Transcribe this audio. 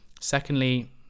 Secondly